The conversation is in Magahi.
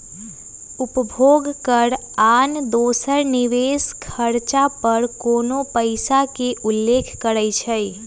उपभोग कर आन दोसर निवेश खरचा पर कोनो पइसा के उल्लेख करइ छै